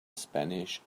spanish